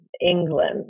England